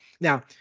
Now